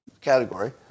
category